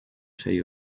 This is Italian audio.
sei